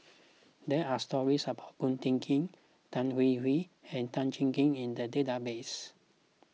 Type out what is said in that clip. there are stories about Ko Teck Kin Tan Hwee Hwee and Tan Cheng Kee in the database